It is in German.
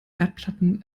erdplatten